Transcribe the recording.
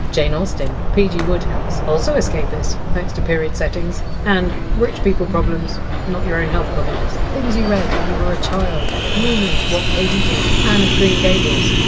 jane austen. pg wodehouse also escapist, thanks to period setting and, rich people problems not and health problems things you read when you were a child moomins, what katy did, anne of green gables!